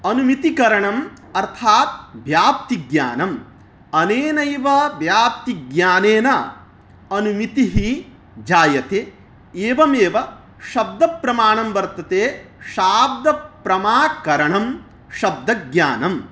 अनुमितिकरणं अर्थात् व्याप्तिज्ञानम् अनेनैव व्याप्तिज्ञानेन अनुमितिः जायते एवमेव शब्दप्रमाणं वर्तते शाब्दप्रमाकरणं शब्दज्ञानम्